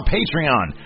Patreon